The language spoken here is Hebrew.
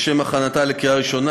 לשם הכנתה לקריאה ראשונה.